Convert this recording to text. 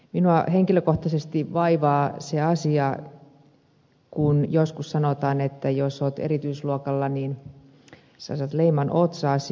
minua henkilökohtaisesti vaivaa se asia kun joskus sanotaan että jos olet erityisluokalla niin saat leiman otsaasi